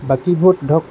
বাকীবোৰত ধৰক